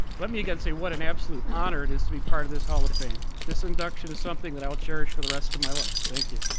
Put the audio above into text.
let me again say what an absolute honor is to be part of this hall of fame. this induction is something that i will cherish for the rest of my life. thank you.